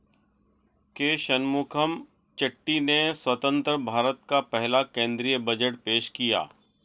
के शनमुखम चेट्टी ने स्वतंत्र भारत का पहला केंद्रीय बजट पेश किया